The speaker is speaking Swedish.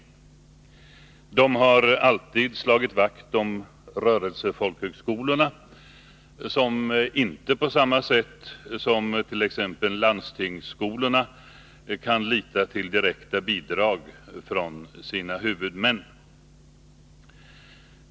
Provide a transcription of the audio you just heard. Dessa människor har alltid slagit vakt om rörelsefolkhögskolorna, som inte på samma sätt som t.ex. landstingsskolorna kan lita till direkta bidrag från sina huvudmän.